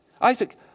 Isaac